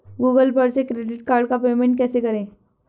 Google पर से credit card का पेमेंट कैसे करें?